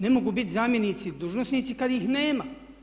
Ne mogu biti zamjenici dužnosnici kad ih nema.